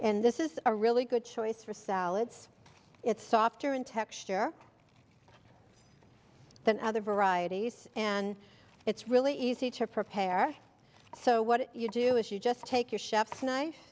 and this is a really good choice for salads it's softer in texture than other varieties and it's really easy to prepare so what you do is you just take your chef's kni